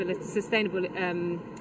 sustainable